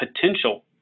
potential